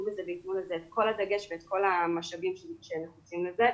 בזה ויתנו לזה את כל הדגש ואת כל המשאבים שנחוצים לזה.